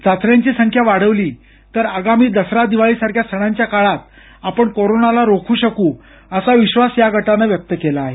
चाचण्यांची संख्या वाढवली तर आगामी दसरा दिवाळीसारख्या सणांच्या काळात आपण कोरोनाला रोखू शकू असा विश्वास या गटानं व्यक्त केला आहे